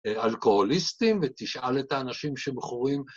אלכוהוליסטים ותשאל את האנשים שמכורים.